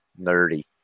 nerdy